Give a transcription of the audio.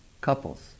couples